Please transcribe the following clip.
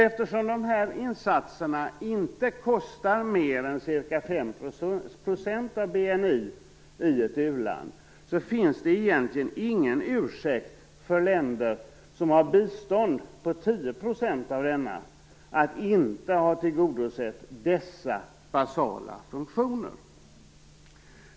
Eftersom dessa insatser inte kostar mer än ca 5 % av BNI i ett u-land, finns det egentligen ingen ursäkt för länder med bistånd på 10 % av BNI att inte ha tillgodosett dessa basala funktioner.